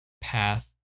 path